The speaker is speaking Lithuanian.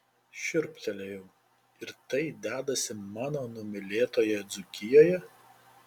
šiurptelėjau ir tai dedasi mano numylėtoje dzūkijoje